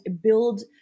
build